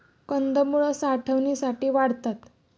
कंदमुळं साठवणीसाठी वाढतात